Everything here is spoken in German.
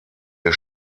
der